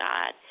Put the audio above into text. God